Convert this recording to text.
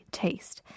taste